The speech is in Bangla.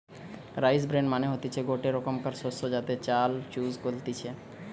রাইস ব্রেন মানে হতিছে গটে রোকমকার শস্য যাতে চাল চুষ কলতিছে